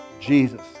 Jesus